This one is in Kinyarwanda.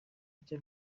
ibyo